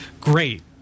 great